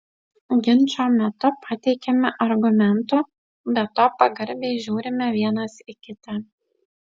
ginčo metu pateikiame argumentų be to pagarbiai žiūrime vienas į kitą